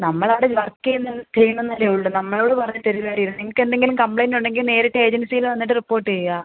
നമ്മൾ അവിടെ വർക്ക് ചെയ്യുന്നു എന്നല്ലെ ഉള്ളൂ നമ്മളോട് പറഞ്ഞിട്ട് ഒരു കാര്യവുമില്ല നിങ്ങൾക്ക് എന്തെങ്കിലും കംപ്ലെയിന്റ് ഉണ്ടെങ്കിൽ നേരിട്ട് ഏജൻസിയിൽ വന്നിട്ട് റിപ്പോർട്ട് ചെയ്യുക